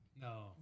No